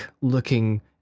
looking